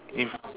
in